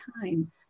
time